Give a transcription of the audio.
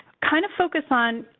kind of focus on,